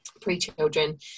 pre-children